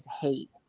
hate